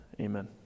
amen